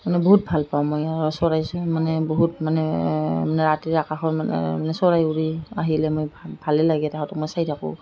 মানে বহুত ভালপাওঁ মই আৰু চৰাই চাই মানে বহুত মানে মানে ৰাতিৰ আকাশৰ মানে মানে চৰাই উৰি আহিলে মই ভালেই লাগে সিহঁতক মই চাই থাকোঁ